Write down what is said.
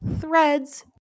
Threads